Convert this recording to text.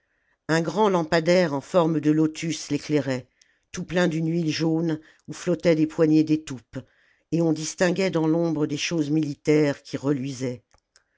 un grand lampadaire en forme de lotus l'éclairait tout plein d'une huile jaune oià flottaient des poignées d'étoupes et on distinguait dans l'ombre des choses militaires qui reluisaient